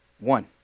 One